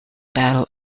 battle